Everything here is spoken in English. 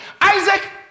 isaac